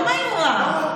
לא מהאמרה.